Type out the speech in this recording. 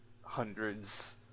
hundreds